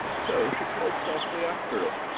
so she called softly after it,